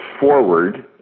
forward